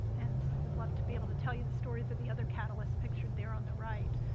and i would love to be able to tell you the stories that the other catalysts pictured there on the right,